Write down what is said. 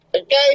okay